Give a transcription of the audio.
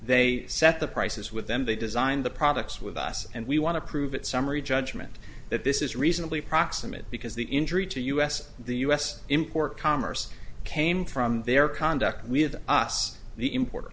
they set the prices with them they designed the products with us and we want to prove that summary judgment that this is reasonably proximate because the injury to us in the us import commerce came from their conduct with us the import